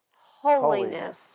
holiness